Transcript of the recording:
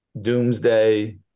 doomsday